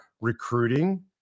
recruiting